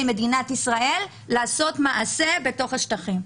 מדינת ישראל לעשות מעשה בתוך השטחים.